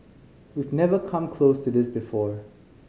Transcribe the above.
we've never come close to this before